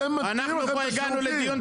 יש עוד הערות?